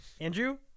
andrew